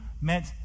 meant